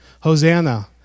Hosanna